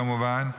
כמובן,